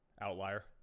outlier